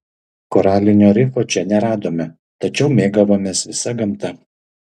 koralinio rifo čia neradome tačiau mėgavomės visa gamta